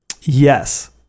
Yes